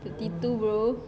thirty two bro